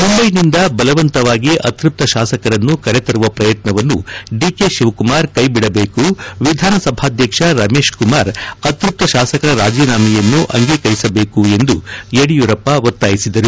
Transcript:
ಮುಂಬೈಯಿಂದ ಬಲವಂತವಾಗಿ ಅತ್ಯಪ್ತ ತಾಸಕರನ್ನು ಕರೆತರುವ ಪ್ರಯತ್ಯವನ್ನು ಡಿಕೆ ಶಿವಕುಮಾರ್ ಕೈ ಬಿಡಬೇಕು ವಿಧಾನಸಭಾಧ್ಯಕ್ಷ ರಮೇಶ್ ಕುಮಾರ್ ಅತೃಪ್ತ ಶಾಸಕರ ರಾಜೀನಾಮೆಯನ್ನು ಅಂಗೀಕರಿಸಬೇಕು ಎಂದು ಒತ್ತಾಯಿಸಿದರು